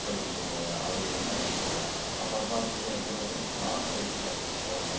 தொழிலு அதை வந்து அவங்க செய்கிறாங்க அப்புறம் பார்த்துட்டீங்கன்னா ஒரு சிலர் வந்து சாட்டை எடுத்து அடிச்சுக்குவாங்கள்